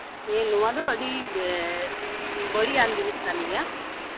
ᱟᱹᱭ ᱱᱚᱣᱟ ᱫᱚ ᱟᱹᱰᱤ ᱵᱟᱹᱲᱤᱡ ᱟᱱ ᱡᱤᱱᱤᱥ ᱠᱟᱱ ᱜᱮᱭᱟ